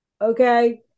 Okay